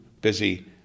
busy